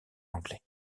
anglais